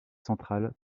central